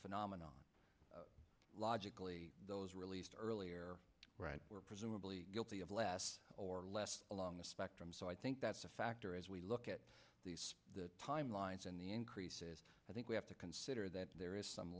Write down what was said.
phenomenon logically those released earlier presumably guilty of less or less along the spectrum so i think that's a factor as we look at the timelines and the increases i think we have to consider that there is some